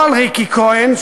לא על ריקי כהן,